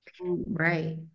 Right